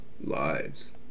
lives